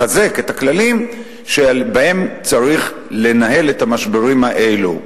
מחזק את הכללים שבהם צריך לנהל את המשברים האלו.